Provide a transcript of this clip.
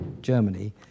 Germany